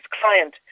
client